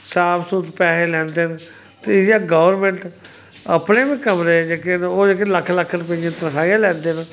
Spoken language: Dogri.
साफ सुथरे पैहे लैंदे न ते इ'यै गौरमैंट अपने बी कमरे जेह्के न ओह् जेह्के लक्ख लक्ख रपेइयै तन्खाहियां लैंदे न